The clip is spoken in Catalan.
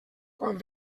quan